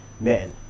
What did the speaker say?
men